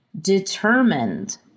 determined